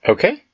Okay